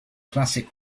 classic